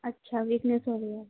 اچھا ویکنس ہو رہی ہے